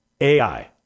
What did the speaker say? ai